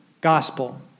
Gospel